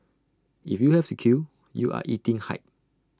if you have to queue you are eating hype